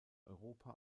europa